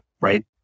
right